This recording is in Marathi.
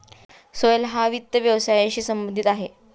सोहेल हा वित्त व्यवसायाशी संबंधित आहे